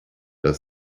dann